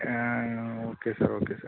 okay sir okay sir